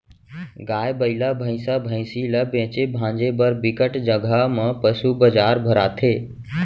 गाय, बइला, भइसा, भइसी ल बेचे भांजे बर बिकट जघा म पसू बजार भराथे